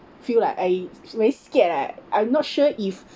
feel like I very scared ah I'm not sure if